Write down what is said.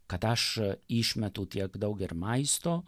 kad aš išmetu tiek daug ir maisto